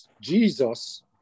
Jesus